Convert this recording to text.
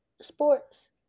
sports